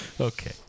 okay